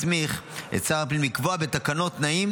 מסמיך את שר הפנים לקבוע בתקנות תנאים